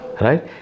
right